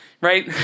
right